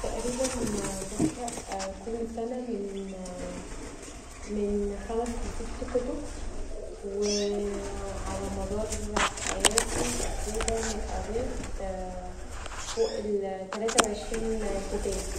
تقريبا بقرأ كل سنه من من خمس ل ست كتب و علي مدار حياتي تقريبا قريت فوق ال تلاته وعشرين كتاب.